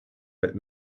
but